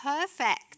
perfect